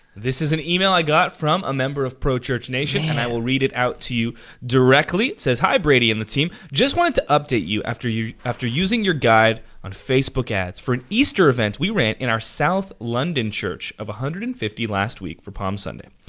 this is an email i got from a member of pro church nation, and i will read it out to you directly. it says, hi brady and the team, just wanted to update you after you after using your guide on facebook ads. for an easter event we ran in our south london church of one hundred and fifty last week for palm sunday.